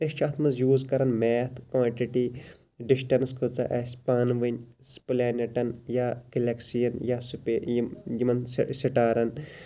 أسۍ چھِ اتھ مَنٛز یوٗز کَران میتھ کانٹِٹی ڈِستَنس کۭژاہ آسہِ پانہٕ ؤنۍ پلینٹَن یا گلیکسِیَن یا یِم یِمَن سٹارَن